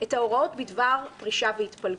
את ההוראות בדבר פרישה והתפלגות.